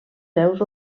seus